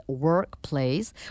workplace